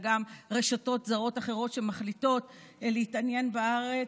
אלה גם רשתות זרות אחרות שמחליטות להתעניין בארץ,